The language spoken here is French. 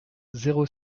zéro